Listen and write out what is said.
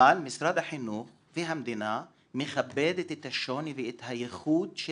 אבל משרד החינוך והמדינה מכבדת את השוני ואת הייחוד של